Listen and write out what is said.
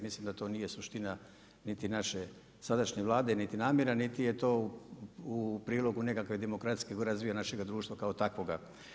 Mislim da to nije suština niti naše sadašnje Vlade, niti je namjera, niti je to u prilogu nekakvog demokratskog razvijenog društva kao takvoga.